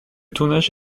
tournage